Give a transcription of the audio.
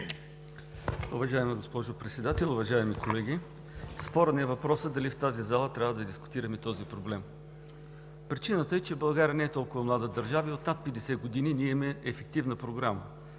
Уважаема госпожо Председател, уважаеми колеги! Спорен е въпросът дали в тази зала трябва да дискутираме този проблем. Причината е, че България не е толкова млада държава и от над 50 години ние имаме ефективна програма